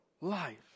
life